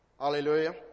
Hallelujah